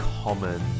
common